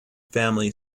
family